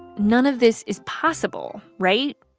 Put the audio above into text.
none of this is possible, right?